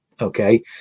Okay